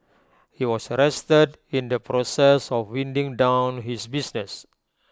he was arrested in the process of winding down his business